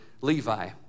Levi